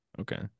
Okay